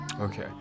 Okay